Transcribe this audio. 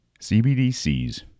CBDCs